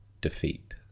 defeat